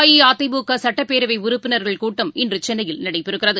அஇஅதிமுகசட்டப்பேரவைஉறுப்பினர்கள் கூட்டம் இன்றுசென்னையில் நடைபெறுகிறது